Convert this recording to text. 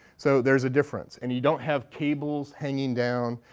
so there's a difference. and you don't have cables hanging down.